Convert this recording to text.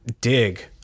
Dig